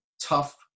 tough